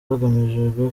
hagamijwe